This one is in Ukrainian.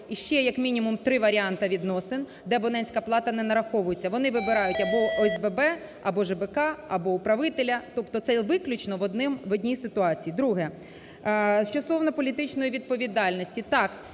і ще, як мінімум, три варіанти відносин, де абонентська плата не нараховується, вони обирають або ОСББ або ЖКГ, або управителя. Тобто це виключно в одній ситуації. Друге, що стосовно політичної відповідальності,